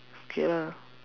K lah